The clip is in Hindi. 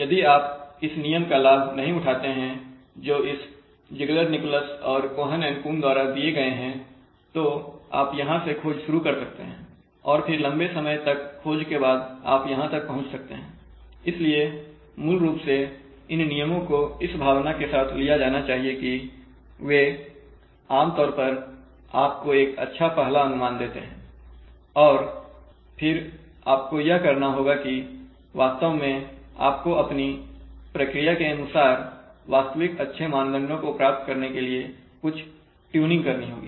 यदि आप इस नियम का लाभ नहीं उठाते हैं जो इस Ziegler Nichols और Cohen and Coon द्वारा दिए गए है तो आप यहाँ से खोज शुरू कर सकते हैं और फिर लंबे समय तक खोज के बाद आप यहाँ तक पहुँच सकते हैं इसलिए मूल रूप से इन नियमों को इस भावना के साथ लिया जाना चाहिए कि वे आम तौर पर आपको एक अच्छा पहला अनुमान देते हैं और फिर आपको यह करना होगा किवास्तव में आपको अपनी प्रक्रिया के अनुसार वास्तविक अच्छे मापदंडों को प्राप्त करने के लिए कुछ ट्यूनिंग करनी होगी